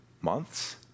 months